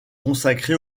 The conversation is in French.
consacré